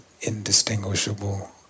indistinguishable